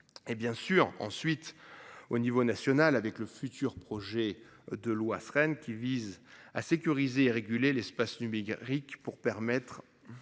Et bien sûr ensuite au niveau national avec le futur projet de loi sereine qui vise à sécuriser et réguler l'espace numérique pour permettre.